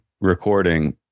recording